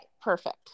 perfect